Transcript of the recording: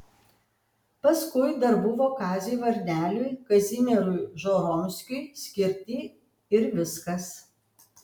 paskui dar buvo kaziui varneliui kazimierui žoromskiui skirti ir viskas